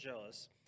jealous